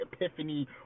epiphany